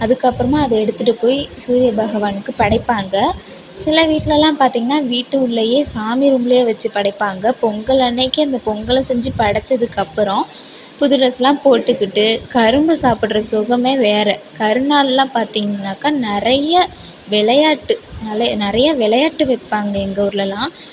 அதுக்கப்புறமா அதை எடுத்துகிட்டு போய் சூரிய பகவானுக்கு படைப்பாங்க சில வீட்லலாம் பார்த்திங்கனா வீட்டு உள்ளயே சாமி ரூம்ல வச்சிப் படைப்பாங்க பொங்கல் அன்னக்கு அந்தப் பொங்கலச் செஞ்சு படைச்சதுக்கு அப்புறம் புது ட்ரெஸ்லாம் போட்டுக்கிட்டு கரும்பு சாப்பிடுற சுகமே வேறு கருநாள்லாம் பார்த்திங்னாக்கா நிறைய விளையாட்டு நற நிறைய விளையாட்டு வைப்பாங்க எங்கள் ஊர்லலாம்